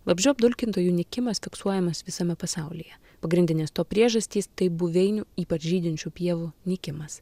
vabzdžių apdulkintojų nykimas fiksuojamas visame pasaulyje pagrindinės to priežastys tai buveinių ypač žydinčių pievų nykimas